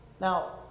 Now